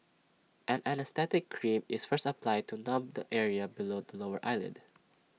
an anaesthetic cream is first applied to numb the area below the lower eyelid